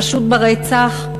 החשוד ברצח,